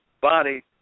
body